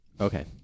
Okay